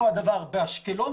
אותו הדבר באשקלון.